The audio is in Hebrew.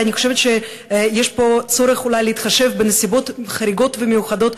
אני חושבת שיש פה צורך אולי להתחשב בנסיבות חריגות ומיוחדות,